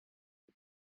are